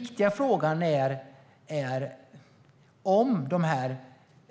Föranleder